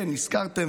כן הזכרתם,